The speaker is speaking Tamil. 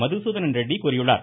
மதுசூதனன் ரெட்டி கூறியுள்ளார்